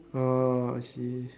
orh I see